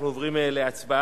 אנחנו עוברים להצבעה